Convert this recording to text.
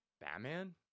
Batman